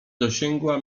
dosięgła